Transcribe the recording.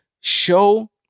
show